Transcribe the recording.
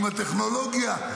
עם הטכנולוגיה,